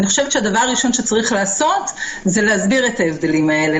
אני חושבת שהדבר הראשון שצריך לעשות הוא להסביר את ההבדלים האלה,